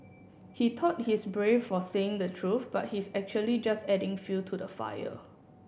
he thought he's brave for saying the truth but he's actually just adding fuel to the fire